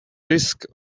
risk